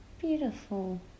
Beautiful